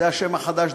זה השם החדש,